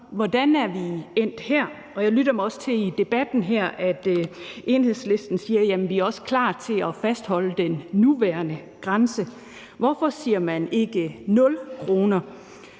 Hvordan er vi endt her? Jeg lytter mig i debatten her også til, at Enhedslisten siger, at man også er klar til at fastholde den nuværende grænse. Hvorfor siger man ikke 0 kr.?